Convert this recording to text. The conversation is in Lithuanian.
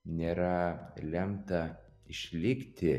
nėra lemta išlikti